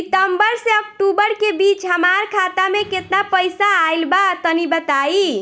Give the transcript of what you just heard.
सितंबर से अक्टूबर के बीच हमार खाता मे केतना पईसा आइल बा तनि बताईं?